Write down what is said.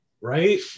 right